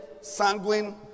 sanguine